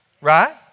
Right